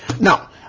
Now